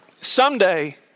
someday